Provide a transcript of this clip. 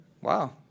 wow